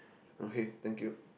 okay thank you